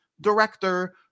director